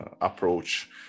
approach